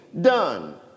done